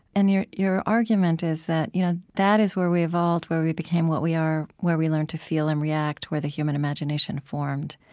and your your argument is that you know that is where we evolved where we became what we are, where we learned to feel and react, where the human imagination formed,